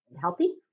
healthy